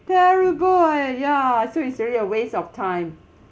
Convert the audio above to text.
terrible eh ya so it's really a waste of time